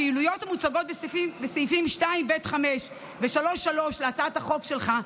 הפעילויות המוצגות בסעיפים 2(ב)(5) ו-3(3) להצעת החוק שלך,